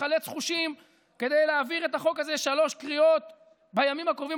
תחלץ חושים כדי להעביר את החוק הזה בשלוש קריאות בימים הקרובים,